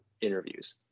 interviews